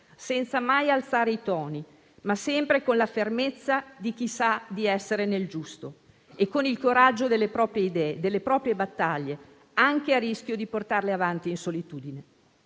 senza mai alzare i toni, ma sempre con la fermezza di chi sa di essere nel giusto e con il coraggio delle proprie idee, delle proprie battaglie, anche a rischio di portarle avanti in solitudine.